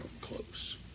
close